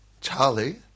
Charlie